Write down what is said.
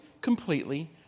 completely